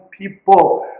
people